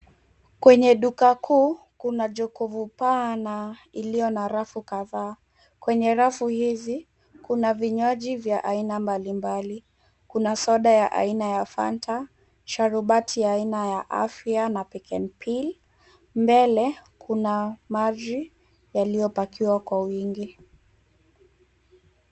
Kwenye duka kuu, kuna jokovu paa na iliyo na rafu kadhaa. Kwenye rafu hizi , kuna vinywaji vya aina mbalimbali. Kuna soda ya aina ya Fanta, sharubati ya aina ya Afia na Kenpil. Mbele, kuna maji yaliyopakiwa kwa wingi.